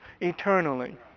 eternally